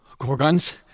Gorgons